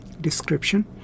description